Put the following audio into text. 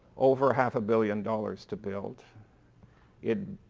over half a billion dollars to build it.